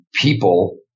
people